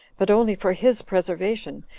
but only for his preservation,